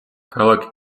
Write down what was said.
ქალაქი